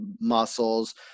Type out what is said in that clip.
muscles